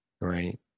right